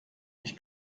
ich